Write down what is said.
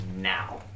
Now